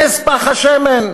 נס פך השמן,